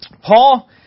Paul